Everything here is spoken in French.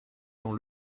dans